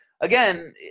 Again